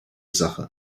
sache